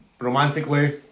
romantically